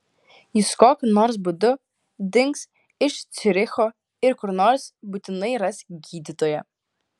jis kokiu nors būdu dings iš ciuricho ir kur nors būtinai ras gydytoją